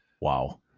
Wow